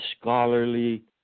scholarly